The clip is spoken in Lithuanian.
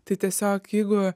tai tiesiog jeigu